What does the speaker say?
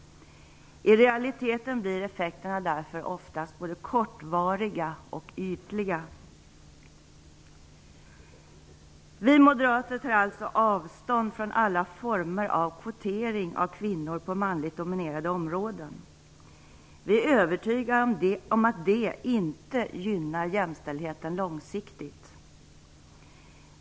I realiteten blir effekterna därför oftast både kortvariga och ytliga. Vi moderater tar alltså avstånd från alla former av kvotering av kvinnor på manligt dominerade områden. Vi är övertygade om att det inte gynnar jämställdheten långsiktigt.